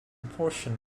portion